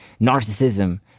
narcissism